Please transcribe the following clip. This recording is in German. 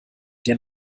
der